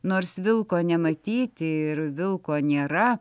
nors vilko nematyti ir vilko nėra